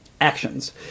actions